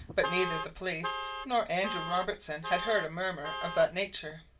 but neither the police nor andrew robertson had heard a murmur of that nature,